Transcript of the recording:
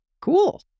Cool